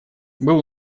был